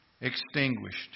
extinguished